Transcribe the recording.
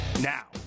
Now